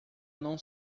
não